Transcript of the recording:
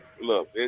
Look